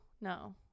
No